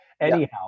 anyhow